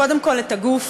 קודם כול את הגוף,